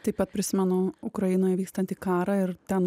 taip pat prisimenu ukrainoj vykstantį karą ir ten